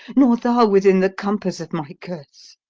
nor thou within the compass of my curse.